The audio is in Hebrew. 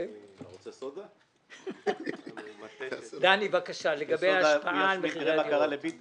דני, בבקשה, לגבי ההשפעה על מחירי הדירות.